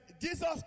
Jesus